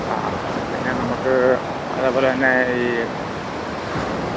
ആ പിന്നെ നമുക്ക് അതേപോലെത്തന്നെ ഈ